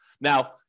Now